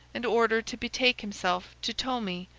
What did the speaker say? and ordered to betake himself to tomi,